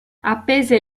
appese